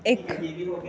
इक